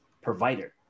Provider